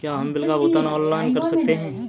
क्या हम बिल का भुगतान ऑनलाइन कर सकते हैं?